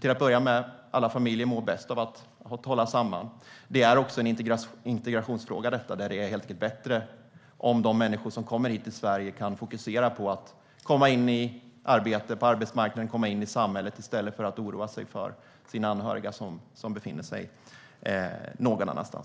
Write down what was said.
till att börja med att alla familjer mår bäst av att hålla samman. Det är också en integrationsfråga. Det är helt enkelt bättre om de människor som kommer hit till Sverige kan fokusera på att komma in på arbetsmarknaden och komma in i samhället i stället för att oroa sig för sina anhöriga som befinner sig någon annanstans.